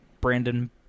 Brandon